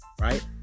right